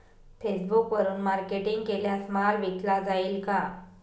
फेसबुकवरुन मार्केटिंग केल्यास माल विकला जाईल का?